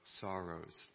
sorrows